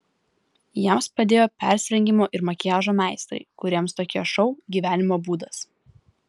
jiems padėjo persirengimo ir makiažo meistrai kuriems tokie šou gyvenimo būdas